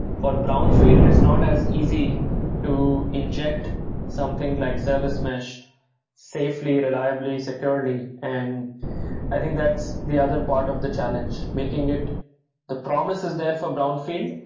for brownfield, it's not as easy to inject something like service mesh safely, reliably, securely. and i think that's the other part of the challenge, making it the promise is there for brownfield,